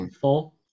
four